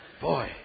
boy